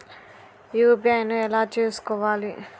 UPI ను ఎలా చేస్కోవాలి?